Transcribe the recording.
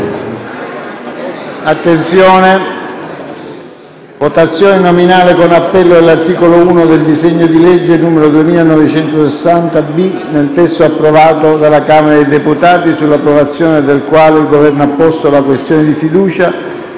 votazione nominale con appello dell'articolo 1 del disegno di legge n. 2960-B, nel testo approvato dalla Camera dei deputati, sul quale il Governo ha posto la questione di fiducia: